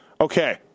Okay